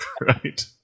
Right